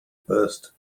burst